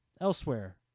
elsewhere